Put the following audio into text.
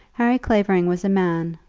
harry clavering was a man,